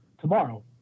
tomorrow